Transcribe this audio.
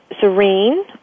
serene